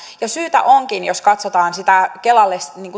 ja syytä onkin jos katsotaan sitä kelalle